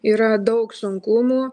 yra daug sunkumų